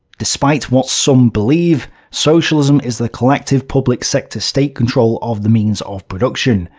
despite what some believe, socialism is the collective public-sector state control of the means of production.